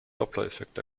dopplereffekt